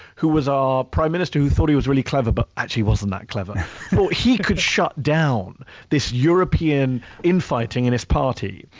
who was our prime minister who thought he was really clever, but actually wasn't that clever, thought so he could shut down this european infighting in his party.